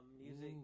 music